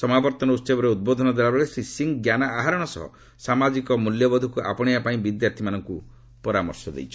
ସମାବର୍ତ୍ତନ ଉହବରେ ଉଦ୍ବୋଧନ ଦେବାବେଳେ ଶ୍ରୀ ସିଂହ ଜ୍ଞାନ ଆହରଣ ସହ ସାମାଜିକ ମୂଲ୍ୟବୋଧକୁ ଆପଣେଇବା ପାଇଁ ବିଦ୍ୟାର୍ଥିମାନଙ୍କୁ ପରାମର୍ଶ ଦେଇଛନ୍ତି